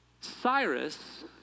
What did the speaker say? Cyrus